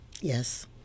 Yes